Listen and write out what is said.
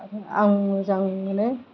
आरो आं मोजां मोनो